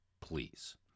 please